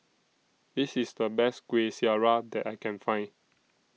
This IS The Best Kueh Syara that I Can Find